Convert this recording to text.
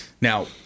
Now